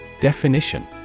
definition